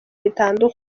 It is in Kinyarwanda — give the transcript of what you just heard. bitandukanye